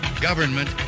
government